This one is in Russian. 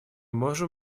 можем